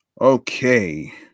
Okay